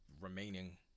remaining